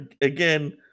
again